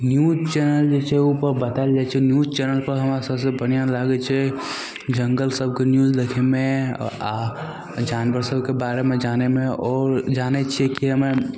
news channel जे छै ओहिपर बताएल जाइ छै न्यूज चैनलपर हमरा सबसे बढ़िआँ लागै छै जङ्गल सबके न्यूज देखैमे आओर जानवर सबके बारेमे जानैमे आओर जानै छिए कि हमे